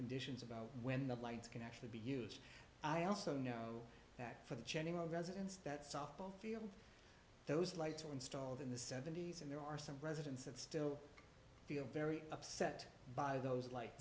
conditions about when the lights can actually be used i also know that for the general residents that softball field those lights were installed in the seventy's and there are some residents of still feel very upset by those li